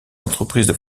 entreprises